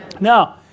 Now